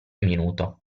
minuto